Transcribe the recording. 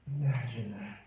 Imagine